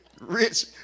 rich